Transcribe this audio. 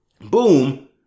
Boom